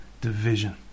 division